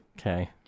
Okay